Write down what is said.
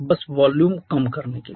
बस वॉल्यूम कम करने के लिए